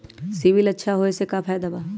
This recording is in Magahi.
सिबिल अच्छा होऐ से का फायदा बा?